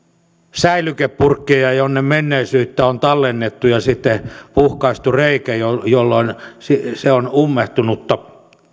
säilykepurkkeja jonne menneisyyttä on tallennettu ja sitten puhkaistu reikä jolloin se on ummehtunutta